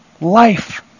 life